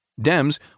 Dems